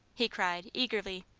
he cried, eagerly.